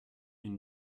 une